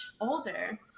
older